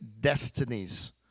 destinies